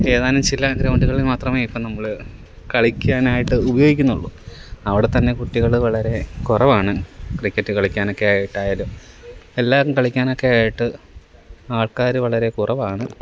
ഏതാനും ചില ഗ്രൗണ്ടുകളിൽ മാത്രമേ ഇപ്പം നമ്മൾ കളിക്കാനായിട്ട് ഉപയോഗിക്കുന്നുള്ളൂ അവിടെ തന്നെ കുട്ടികൾ വളരെ കുറവാണ് ക്രിക്കറ്റ് കളിക്കാനക്കെയായിട്ട് ആയാലും എല്ലാവരും കളിക്കാനൊക്കെയായിട്ട് ആൾക്കാർ വളരെ കുറവാണ്